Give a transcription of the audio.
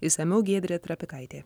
išsamiau giedrė trapikaitė